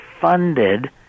funded